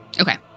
okay